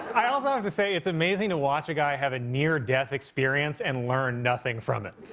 i also have to say, it's amazing to watch a guy have a near-death experience and learn nothing from it.